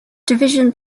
division